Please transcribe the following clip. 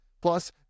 Plus